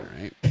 right